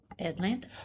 Atlanta